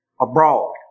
abroad